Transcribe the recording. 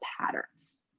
patterns